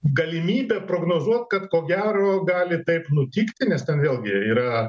galimybę prognozuot kad ko gero gali taip nutikti nes ten vėlgi yra